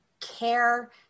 care